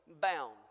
bound